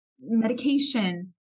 medication